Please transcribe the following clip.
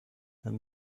and